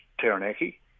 Taranaki